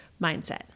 mindset